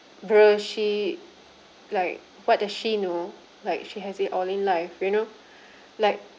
bro she like what does she know like she has it all in life you know like